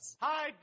Hi